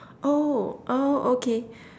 oh oh okay